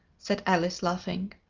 said alice, laughing.